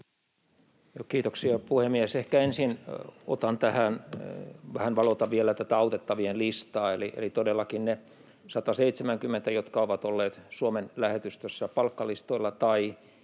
Kiitoksia, puhemies! Ehkä ensin vähän valotan vielä tätä autettavien listaa. Eli todellakin ne, jotka ovat olleet Suomen lähetystössä palkkalistoilla